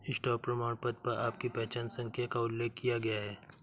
stock प्रमाणपत्र पर आपकी पहचान संख्या का उल्लेख किया गया है